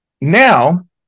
now